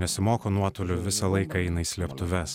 nesimoko nuotoliu visą laiką eina į slėptuves